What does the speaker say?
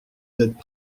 d’être